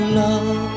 love